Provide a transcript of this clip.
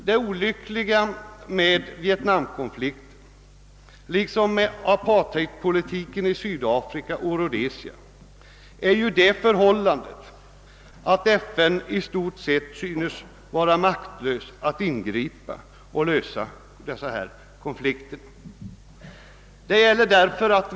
Det olyckliga med vietnamkonflikten liksom med apartheidpolitiken i Sydafrika och Rhodesia är ju det förhållandet, att FN i stort sett synes vara maktlöst när det gäller att ingripa.